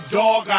dog